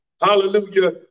Hallelujah